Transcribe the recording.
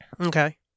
Okay